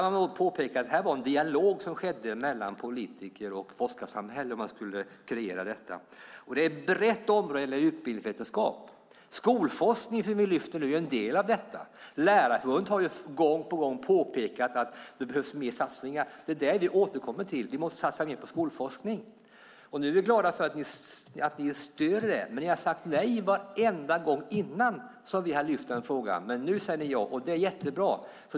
Det ska påpekas att när detta skulle kreeras skedde det i en dialog mellan politiker och forskarsamhället. Utbildningsvetenskapen är ett brett område. Skolforskningen, som vi lyfter fram, är en del av den. Lärarförbundet har gång på gång påpekat att det behövs mer satsningar. Det är det vi återkommer till, att vi måste satsa mer på skolforskning. Vi är glada för att Alliansen stöder skolforskningen. Tidigare har man sagt nej varenda gång vi lyft fram den frågan. Nu säger man ja, och det är jättebra.